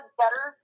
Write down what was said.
better